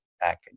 package